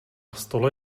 stole